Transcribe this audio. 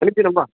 समीचीनं वा